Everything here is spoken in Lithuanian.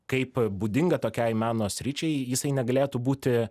kaip būdinga tokiai meno sričiai jisai negalėtų būti